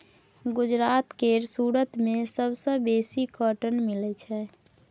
गुजरात केर सुरत मे सबसँ बेसी कॉटन मिल छै